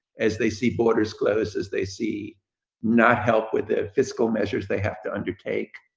as they see borders closed, as they see not-help with ah fiscal measures they have to undertake,